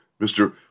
Mr